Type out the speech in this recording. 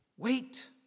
Wait